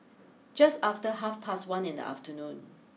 just after half past one in the afternoon